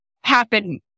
happen